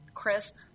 Crisp